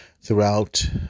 throughout